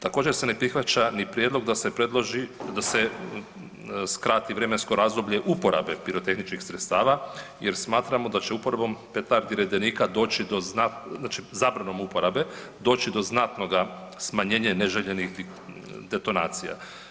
Također se ne prihvaća ni prijedlog da se predloži, da se skrati vremensko razdoblje uporabe pirotehničkih sredstava jer smatramo da će uporabom petardi redenika doći do, da će zabranom uporabe doći do znatnoga smanjenja neželjenih detonacija.